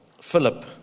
Philip